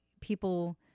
People